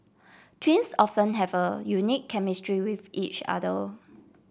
twins often have a unique chemistry with each other